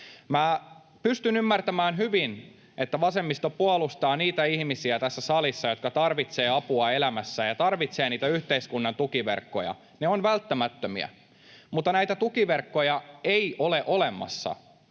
Pystyn ymmärtämään hyvin, että vasemmisto puolustaa tässä salissa niitä ihmisiä, jotka tarvitsevat apua elämässään ja tarvitsevat yhteiskunnan tukiverkkoja. Ne ovat välttämättömiä, mutta näitä tukiverkkoja ei ole olemassa,